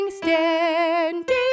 standing